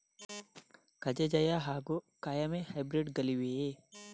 ಕಜೆ ಜಯ ಹಾಗೂ ಕಾಯಮೆ ಹೈಬ್ರಿಡ್ ಗಳಿವೆಯೇ?